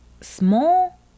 small